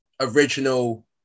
original